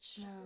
No